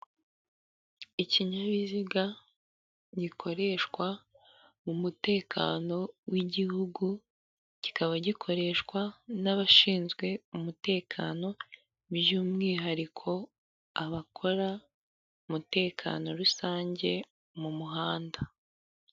Ikinyabiziga gikoreshwa mu mutekano w'igihugu, kikaba gikoreshwa n'abashinzwe umutekano by'umwihariko abakora umutekano rusange mu muhanda.